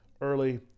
early